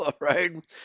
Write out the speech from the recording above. right